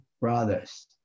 brothers